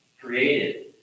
created